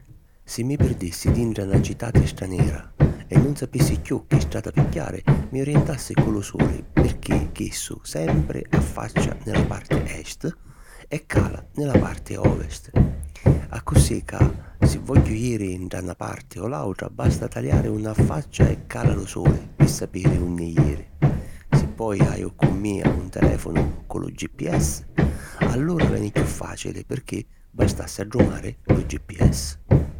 Si mi pirdissi dintra na citati stranera e nun sapissi chiù chi strata pigghiari, mi orientassi cu lu suli pirchì chissu sempri affaccia nni la parti Est e cala nni la parti Ovest. Accussì ca, si vogghiu jiri ntra na parti o l’àutra, basta taliari unni affaccia e cala lu suli pi sapiri unni jiri. Si poi haju cu mia un telèfonu cu lu GPS, allura veni chiù fàcili, pirchì bastassi addumari lu GPS.